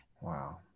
Wow